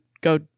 go